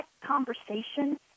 conversation